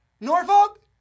norfolk